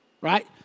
Right